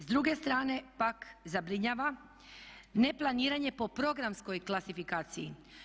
S druge strane pak zabrinjava neplaniranje po programskoj klasifikaciji.